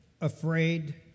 afraid